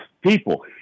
people